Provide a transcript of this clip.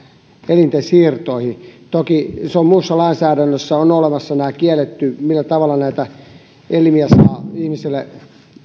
elinten siirtoihin toki on muussa lainsäädännössä olemassa se millä tavalla näitä elimiä saa ihmisille